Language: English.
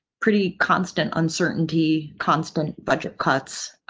pretty constant uncertainty, constant budget cuts,